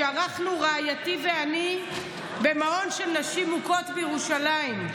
שערכנו רעייתי ואני במעון של נשים מוכות בירושלים.